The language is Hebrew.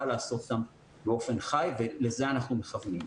לעשות אותם באופן חי ולזה אנחנו מכוונים.